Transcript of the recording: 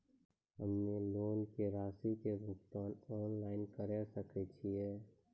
हम्मे लोन के रासि के भुगतान ऑनलाइन करे सकय छियै?